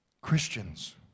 Christians